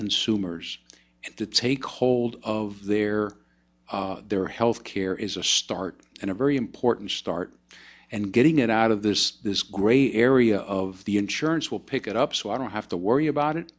consumers to take hold of their their health care is a start and a very important start and getting it out of this this gray area of the insurance will pick it up so i don't have to worry about it